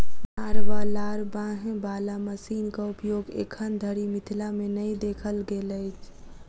नार वा लार बान्हय बाला मशीनक उपयोग एखन धरि मिथिला मे नै देखल गेल अछि